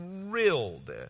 thrilled